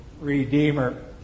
Redeemer